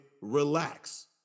relax